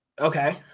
Okay